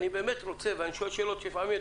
אני שואל שאלות קשות.